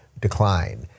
decline